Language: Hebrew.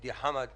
ידידי חמד עמאר,